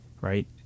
right